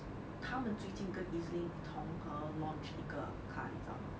他们最近跟 EZ-link 同行 launched 一个卡你知道吗